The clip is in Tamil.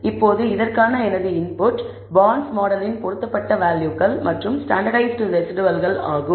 இப்போது இதற்கான எனது இன்புட் பாண்ட்ஸ் மாடலின் பொருத்தப்பட்ட வேல்யூகள் மற்றும் ஸ்டாண்டர்ட்டைஸ்ட் ரெஸிடுவல்கள் ஆகும்